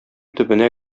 төбенә